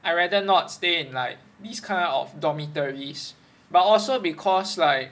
I rather not stay in like these kind of dormitories but also because like